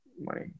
money